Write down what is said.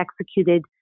executed